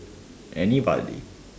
anybody